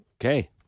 Okay